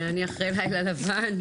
אני אחרי לילה לבן.